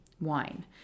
wine